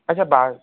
अच्छा बा